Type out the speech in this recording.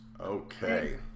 okay